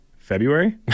February